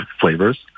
flavors